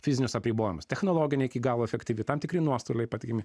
fizinius apribojimus technologija ne iki galo efektyvi tam tikri nuostoliai patikimi